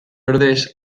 ordez